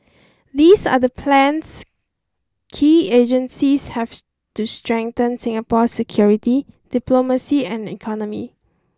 these are the plans key agencies have to strengthen Singapore's security diplomacy and economy